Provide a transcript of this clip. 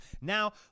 now